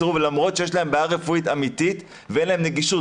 סירוב למרות שיש להם בעיה רפואית אמיתית ואין להם נגישות,